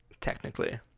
technically